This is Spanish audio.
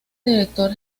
director